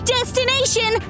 Destination